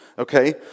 Okay